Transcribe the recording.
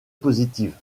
positive